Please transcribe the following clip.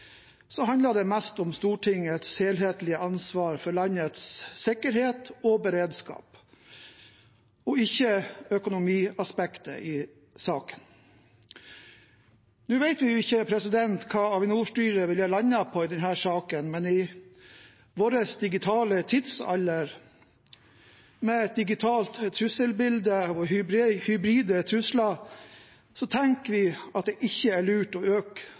handler det mest om Stortingets helhetlige ansvar for landets sikkerhet og beredskap og ikke om økonomiaspektet i saken. Nå vet vi ikke hva Avinor-styret ville ha landet på i denne saken, men i vår digitale tidsalder, med et digitalt trusselbilde og hybride trusler, tenker vi at det ikke er lurt å øke